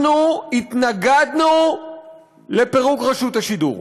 אנחנו התנגדנו לפירוק רשות השידור.